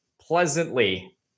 pleasantly